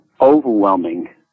overwhelming